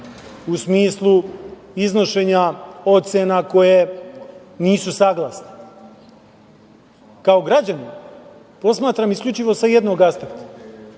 u smislu iznošenja ocena koje nisu saglasne, kao građanin posmatram isključivo sa jednog aspekta,